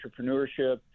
entrepreneurship